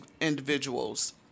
individuals